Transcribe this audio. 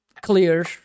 clear